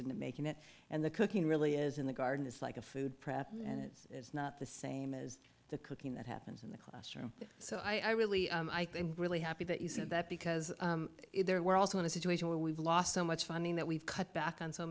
into making it and the cooking really is in the garden it's like a food prep and it is not the same as the cooking that happens in the classroom so i really really happy that you said that because there were also in a situation where we've lost so much funding that we've cut back on so